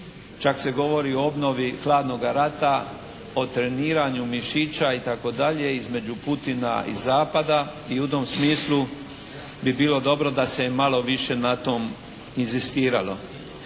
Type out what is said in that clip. Čak se govori o obnovi hladnoga rata, o treniranju mišića itd. između Putina i zapada i u tom smislu bi bilo dobro da se malo više na tom inzistiralo.